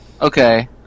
Okay